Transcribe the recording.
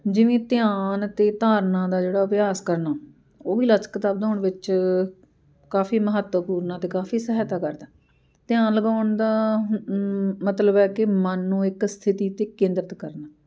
ਜਿਵੇਂ ਧਿਆਨ ਅਤੇ ਧਾਰਨਾ ਦਾ ਜਿਹੜਾ ਅਭਿਆਸ ਕਰਨਾ ਉਹ ਵੀ ਲਚਕਤਾ ਵਧਾਉਣ ਵਿੱਚ ਕਾਫ਼ੀ ਮਹੱਤਵਪੂਰਨ ਆ ਅਤੇ ਕਾਫ਼ੀ ਸਹਾਇਤਾ ਕਰਦਾ ਧਿਆਨ ਲਗਾਉਣ ਦਾ ਮਤਲਬ ਹੈ ਕਿ ਮਨ ਨੂੰ ਇੱਕ ਸਥਿਤੀ 'ਤੇ ਕੇਂਦਰਿਤ ਕਰਨਾ